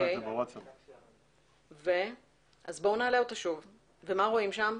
בשטח A, B, C. מה רואים שם?